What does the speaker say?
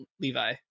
Levi